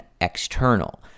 external